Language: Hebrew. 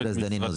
חבר הכנסת דנינו,